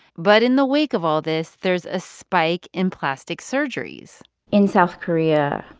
but in the wake of all this, there's a spike in plastic surgeries in south korea,